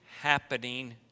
happening